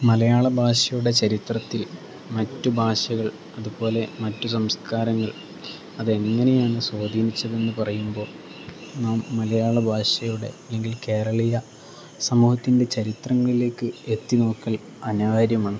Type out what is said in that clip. മലയാള ഭാഷയുടെ ചരിത്രത്തിൽ മറ്റു ഭാഷകൾ അതുപോലെ മറ്റു സംസ്കാരങ്ങൾ അത് എങ്ങനെയാണ് സ്വാധീനിച്ചതെന്ന് പറയുമ്പോൾ നാം മലയാള ഭാഷയുടെ അല്ലെങ്കിൽ കേരളീയ സമൂഹത്തിൻ്റെ ചരിത്രങ്ങളിലേക്ക് എത്തി നോക്കൽ അനിവാര്യമാണ്